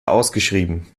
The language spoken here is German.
ausgeschrieben